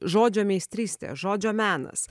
žodžio meistrystė žodžio menas